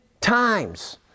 times